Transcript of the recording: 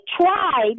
tried